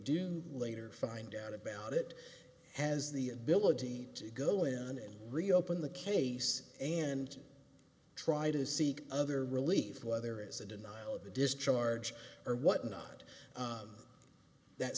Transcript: do later find out about it has the ability to go in and reopen the case and try to seek other relief whether it's a denial of the discharge or whatnot that